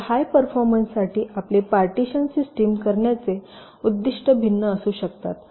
तर हाय परफॉर्मन्ससाठी आपले पार्टीशीयन सिस्टिम करण्याचे उद्दिष्ट भिन्न असू शकतात